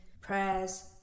prayers